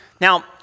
Now